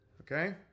Okay